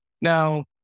Now